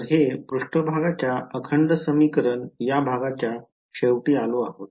तर हे पृष्ठभागाच्या अखंड समीकरण या भागाच्या शेवटी आलो आहोत